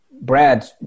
Brad